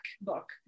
book